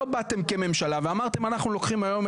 לא באתם כממשלה ואמרתם "אנחנו לוקחים היום